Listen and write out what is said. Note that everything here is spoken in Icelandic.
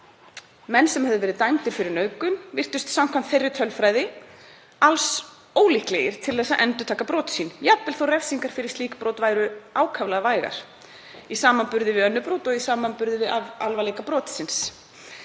Menn sem höfðu verið dæmdir fyrir nauðgun virtust samkvæmt þeirri tölfræði alls ólíklegir til þess að endurtaka brot sín jafnvel þó að refsingar fyrir slík brot væru ákaflega vægar í samanburði við önnur brot og í samanburði við alvarleika brotsins.